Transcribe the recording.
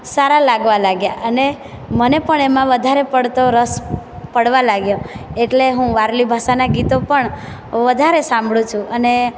સારા લાગવા લાગ્યાં અને મને પણ એમાં વધારે પડતો રસ પડવા લાગ્યો એટલે હું વારલી ભાષાનાં ગીતો પણ વધારે સાંભળું છું અને